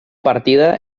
partida